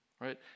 right